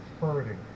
hurting